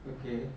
okay